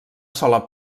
sola